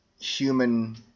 human